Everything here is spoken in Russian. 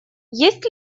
есть